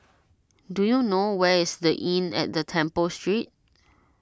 do you know where is the Inn at the Temple Street